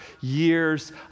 years